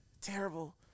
terrible